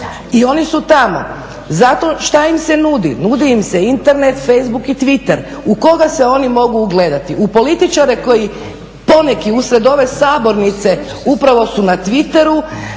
i oni su tamo. Zato šta im se nudi? Nudi im se internet, Facebook i Twitter. U koga se oni mogu ugledati? U političare koji, poneki uslijed ove sabornice upravo su na Twitteru,